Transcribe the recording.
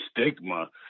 stigma